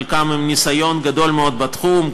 חלקם עם ניסיון גדול מאוד בתחום,